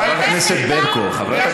חברת הכנסת ברקו.